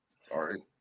Sorry